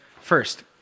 first